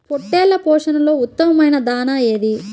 పొట్టెళ్ల పోషణలో ఉత్తమమైన దాణా ఏది?